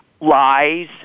lies